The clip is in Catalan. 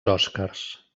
oscars